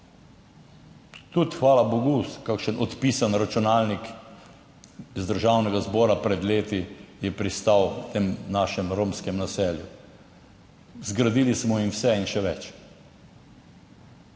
Tudi, hvala bogu, kakšen odpisan računalnik iz Državnega zbora pred leti je pristal v tem našem romskem naselju. Zgradili smo jim vse in še več.